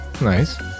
Nice